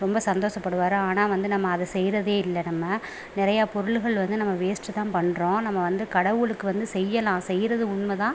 ரொம்ப சந்தோஷப்படுவார் ஆனால் வந்து நம்ம அதை செய்கிறதே இல்லை நம்ம நிறையா பொருள்கள் வந்து நம்ம வேஸ்ட் தான் பண்கிறோம் நம்ம வந்து கடவுளுக்கு வந்து செய்யலாம் செய்கிறது உண்மை தான்